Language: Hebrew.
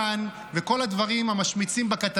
עומד כאן ומשמיץ, כשהוא יודע את האמת.